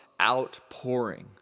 outpouring